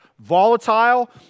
volatile